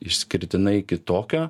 išskirtinai kitokio